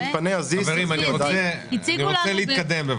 חברים, אני רוצה להתקדם בבקשה.